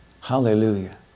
Hallelujah